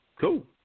cool